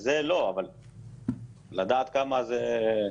זה לא משהו שאנחנו